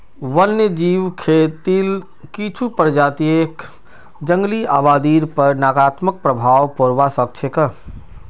वन्यजीव खेतीक कुछू प्रजातियक जंगली आबादीर पर नकारात्मक प्रभाव पोड़वा स ख छ